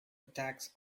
attacks